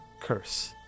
Curse